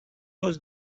was